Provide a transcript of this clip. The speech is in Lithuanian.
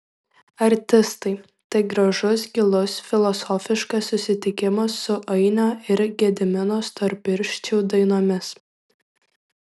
artistai tai gražus gilus filosofiškas susitikimas su ainio ir gedimino storpirščių dainomis